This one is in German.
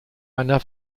einer